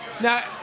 Now